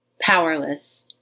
Powerless